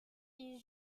est